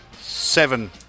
seven